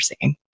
seeing